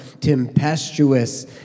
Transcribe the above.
tempestuous